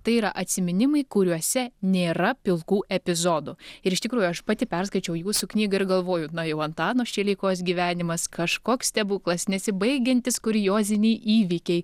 tai yra atsiminimai kuriuose nėra pilkų epizodų ir iš tikrųjų aš pati perskaičiau jūsų knygą ir galvoju na jau antano šileikos gyvenimas kažkoks stebuklas nesibaigiantys kurioziniai įvykiai